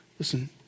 Listen